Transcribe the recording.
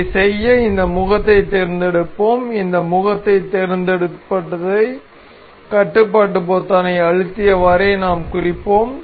இதைச் செய்ய இந்த முகத்தைத் தேர்ந்தெடுப்போம் இந்த முகத்தைத் தேர்ந்தெடுப்பதைக் கட்டுப்பாடு பொத்தானை அழுத்தியவாறே நாம் குறிப்போம்